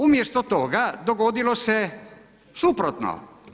Umjesto toga dogodilo se suprotno.